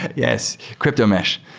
yes. crypto mesh.